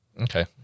Okay